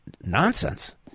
nonsense